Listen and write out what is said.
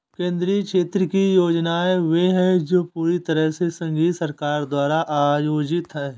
केंद्रीय क्षेत्र की योजनाएं वे है जो पूरी तरह से संघीय सरकार द्वारा प्रायोजित है